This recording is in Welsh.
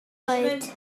oed